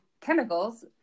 chemicals